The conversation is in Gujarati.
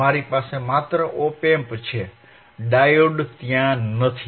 મારી પાસે માત્ર ઓપ એમ્પ છે ડાયોડ ત્યાં નથી